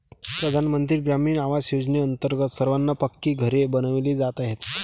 प्रधानमंत्री ग्रामीण आवास योजनेअंतर्गत सर्वांना पक्की घरे बनविली जात आहेत